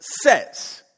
says